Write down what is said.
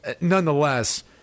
Nonetheless